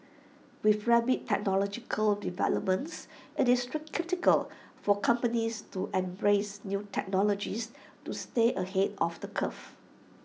with rapid technological developments IT is critical for companies to embrace new technologies to stay ahead of the curve